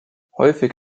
häufig